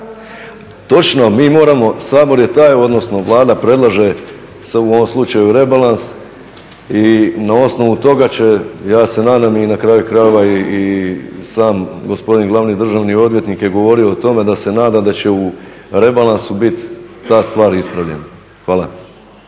Točno, mi moramo, Sabor je taj odnosno Vlada predlaže u ovom slučaju rebalans i na osnovu toga će ja se nadam i na kraju krajeva i sam gospodin glavni državni odvjetnik je govorio o tome da se nada će u rebalansu biti ta stvar ispravljena. Hvala.